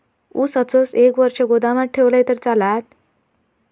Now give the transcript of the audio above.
ऊस असोच एक वर्ष गोदामात ठेवलंय तर चालात?